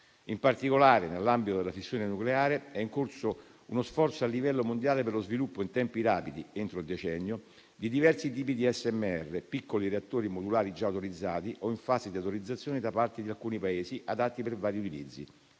In particolare, nell'ambito della fissione nucleare, è in corso uno sforzo a livello mondiale per lo sviluppo in tempi rapidi (entro il decennio) di diversi tipi di SMR, piccoli reattori modulari già autorizzati o in fase di autorizzazione da parte di alcuni Paesi, adatti per vari utilizzi